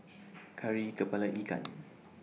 Kari Kepala Ikan